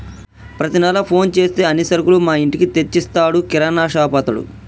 ప్రతి నెల ఫోన్ చేస్తే అన్ని సరుకులు మా ఇంటికే తెచ్చిస్తాడు కిరాణాషాపతడు